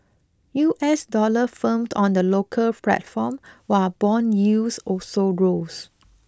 U S dollar firmed on the local platform while bond yields also rose